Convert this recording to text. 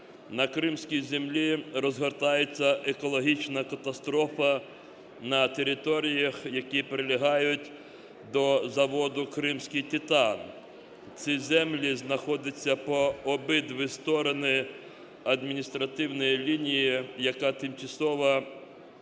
на кримській землі розгортається екологічна катастрофа на територіях, які прилягають до заводу "Кримський титан". Ці землі знаходяться по обидві сторони адміністративної лінії, яка тимчасово